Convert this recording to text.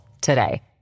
today